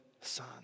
son